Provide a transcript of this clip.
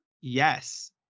Yes